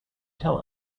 tell